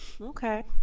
okay